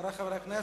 חברי חברי הכנסת,